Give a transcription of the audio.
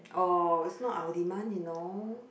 oh it's not our demand you know